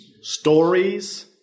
Stories